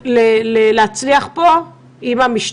אנחנו מתכוונים להגעה לכתב אישום.